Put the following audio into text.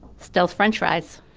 stealth french fries.